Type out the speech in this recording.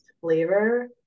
flavor